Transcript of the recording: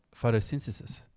photosynthesis